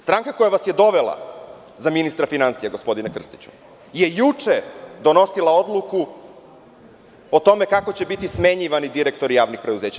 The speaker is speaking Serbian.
Stranka koja vas je dovela za ministra finansija, gospodine Krstiću, je juče donosila odluku o tome kako će biti smenjivani direktori javnih preduzeća.